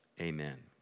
Amen